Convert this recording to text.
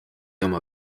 oma